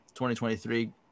2023